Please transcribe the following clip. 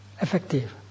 effective